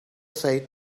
سعید